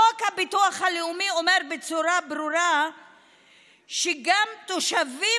חוק הביטוח הלאומי אומר בצורה ברורה שגם תושבים